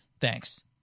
thanks